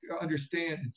understand